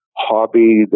hobby